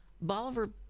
Bolivar